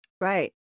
Right